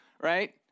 right